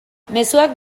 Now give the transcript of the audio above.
mezuak